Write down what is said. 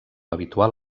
habitual